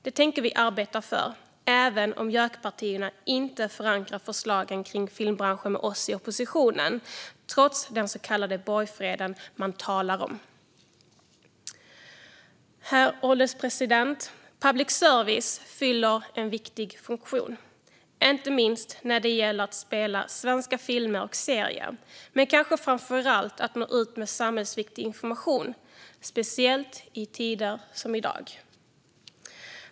Det tänker vi arbeta för även om JÖK-partierna inte förankrar förslagen kring filmbranschen med oss i oppositionen, trots den så kallade borgfred man talar om. Herr ålderspresident! Public service fyller en viktig funktion, inte minst när det gäller att visa svenska filmer och serier men kanske framför allt när det gäller att nå ut med samhällsviktig information - speciellt i tider som i dag.